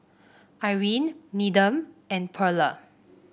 Irine Needham and Pearla